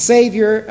Savior